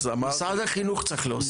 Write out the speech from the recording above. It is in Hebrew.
משרד החינוך צריך להוסיף,